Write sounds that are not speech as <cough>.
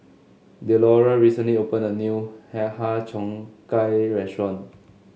Delora recently opened a new <unintelligible> Har Cheong Gai restaurant